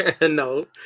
No